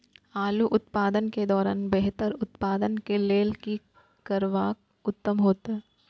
आलू उत्पादन के दौरान बेहतर उत्पादन के लेल की करबाक उत्तम होयत?